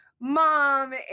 mom